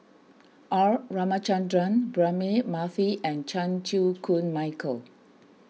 R Ramachandran Braema Mathi and Chan Chew Koon Michael